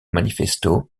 manifesto